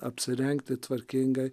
apsirengti tvarkingai